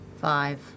Five